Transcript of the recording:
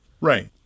Right